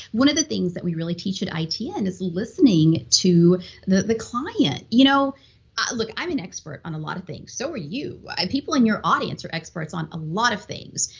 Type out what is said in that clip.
one of the things that we really teach at itn is listening to the the client you know ah look, i'm an expert on a lot of things. so are you. people in your audience are experts on a lot of things,